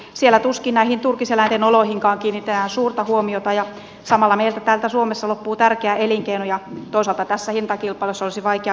siellä tuskin näihin turkiseläinten oloihinkaan kiinnitetään suurta huomiota ja samalla meiltä täällä suomessa loppuu tärkeä elinkeino ja toisaalta tässä hintakilpailussa olisi vaikea pärjätäkään